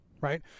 right